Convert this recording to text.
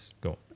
go